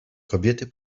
kobiety